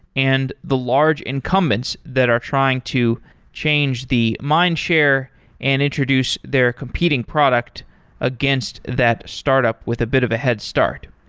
and the large encumbrance that are trying to change the mindshare and introduce their competing product against that startup with a bit of a head start.